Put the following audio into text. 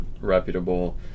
reputable